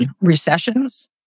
recessions